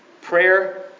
Prayer